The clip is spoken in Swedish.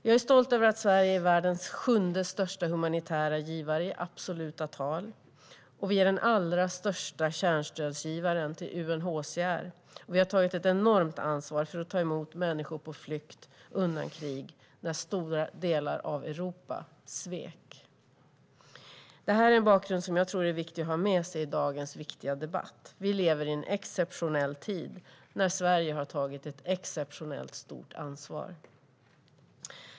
Jag är stolt över att Sverige är världens sjunde största humanitära givare i absoluta tal, och vi är den allra största kärnstödsgivaren till UNHCR. Vi har tagit ett enormt ansvar för att ta emot människor på flykt undan krig när stora delar av Europa svek. Det är en bakgrund som jag tror är viktig att ha med sig i dagens viktiga debatt. Vi lever i en exceptionell tid då Sverige har tagit ett exceptionellt stort ansvar.